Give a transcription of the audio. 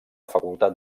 facultat